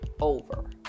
over